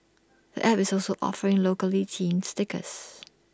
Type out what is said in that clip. the app is also offering locally themed stickers